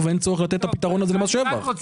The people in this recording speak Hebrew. ואין צורך לתת את הפתרון הזה למס שבח.